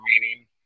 meaning